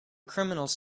criminals